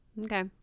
okay